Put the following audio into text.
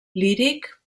líric